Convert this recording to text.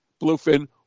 bluefin